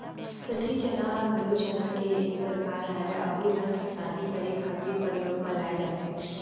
कटही चना घलो चना के एक परकार हरय, अहूँ ला किसानी करे खातिर परियोग म लाये जाथे